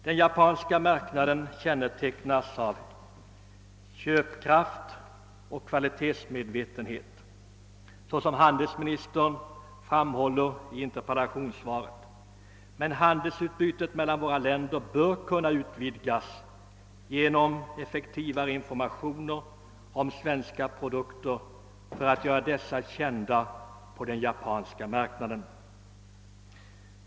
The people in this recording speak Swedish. Den japanska marknaden kännetecknas av köpkraft och kvalitetsmedvetande, såsom handelsministern framhåller i interpellationssvaret, men handelsutbytet mellan våra länder bör kunna utvidgas genom effektivare information om svenska produkter för att göra dessa kända på den japanska marknaden.